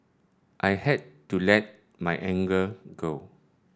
I had to let my anger go